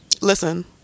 Listen